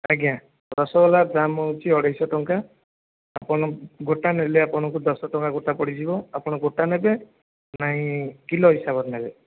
ଆଜ୍ଞା ରସଗୋଲା ଦାମ୍ ହେଉଛି ଅଢ଼େଇଶହ ଟଙ୍କା ଆପଣ ଗୋଟା ନେଲେ ଆପଣଙ୍କୁ ଦଶ ଟଙ୍କା ଗୋଟା ପଡ଼ିଯିବ ଆପଣ ଗୋଟା ନେବେ ନାଇଁ କିଲୋ ହିସାବରେ ନେବେ